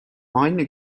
aynı